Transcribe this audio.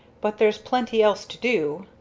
but there's plenty else to do.